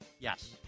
Yes